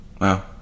wow